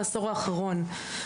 בעשור האחרון.